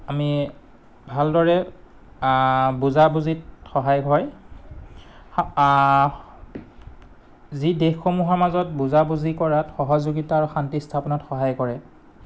আমি ভালদৰে বুজাবুজিত সহায় হয় যি দেশসমূহৰ মাজত বুজাবুজি কৰাত সহযোগিতা আৰু শান্তি স্থাপনত সহায় কৰে